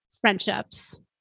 Friendships